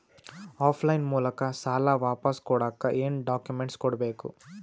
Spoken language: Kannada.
ಆಫ್ ಲೈನ್ ಮೂಲಕ ಸಾಲ ವಾಪಸ್ ಕೊಡಕ್ ಏನು ಡಾಕ್ಯೂಮೆಂಟ್ಸ್ ಕೊಡಬೇಕು?